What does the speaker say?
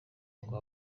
ngo